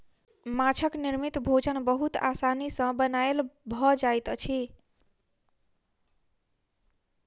माँछक निर्मित भोजन बहुत आसानी सॅ बनायल भ जाइत अछि